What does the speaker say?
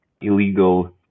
illegal